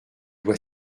doit